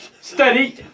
Steady